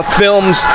films